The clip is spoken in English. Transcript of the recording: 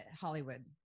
Hollywood